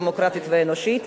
דמוקרטית ואנושית.